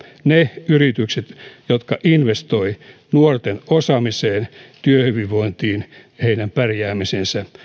ne yritykset jotka investoivat nuorten osaamiseen työhyvinvointiin heidän pärjäämiseensä